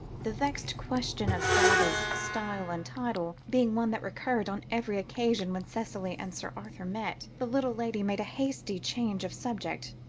the vexed question of baba's style and title, being one that recurred on every occasion when cicely and sir arthur met, the little lady made a hasty change of subject,